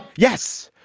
yes,